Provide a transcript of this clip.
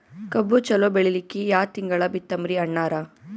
ಕಬ್ಬು ಚಲೋ ಬೆಳಿಲಿಕ್ಕಿ ಯಾ ತಿಂಗಳ ಬಿತ್ತಮ್ರೀ ಅಣ್ಣಾರ?